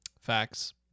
Facts